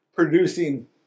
Producing